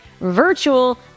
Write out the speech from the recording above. virtual